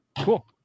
Cool